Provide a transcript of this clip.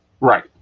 Right